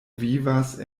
vivas